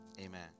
amen